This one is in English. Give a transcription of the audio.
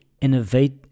innovate